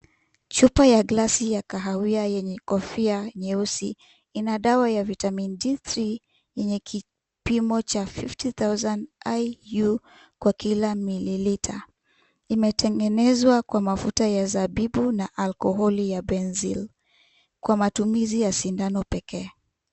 Chupa ya glasi ya kahawia yenye kofia nyeusi ina dawa ya Vitamin D3 lenye kipimo cha fifty thousand iu kwa kila mililita. Imetengenezwa kwa mafuta ya zabibu na alkoholi ya benzil kwa matumizi ya sindano pekee